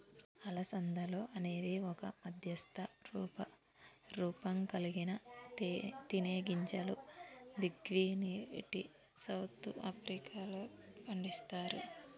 అలసందలు అనేది ఒక మధ్యస్థ రూపంకల్గిన తినేగింజలు గివ్విటిని సౌత్ ఆఫ్రికాలో పండిస్తరు